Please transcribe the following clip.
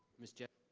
miss jessie?